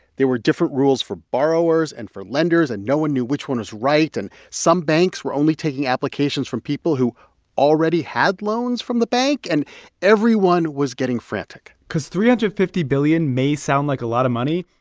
there were different rules for borrowers and for lenders, and no one knew which one was right. and some banks were only taking applications from people who already had loans from the bank. and everyone was getting frantic because three hundred and fifty billion may sound like a lot of money,